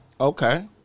Okay